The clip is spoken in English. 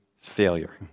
failure